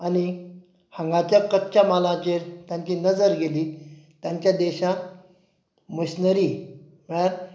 आनी हांगाच्या कच्च्या मालाचेर तांची नजर गेली तांच्या देशांक मशिनरी म्हळ्यार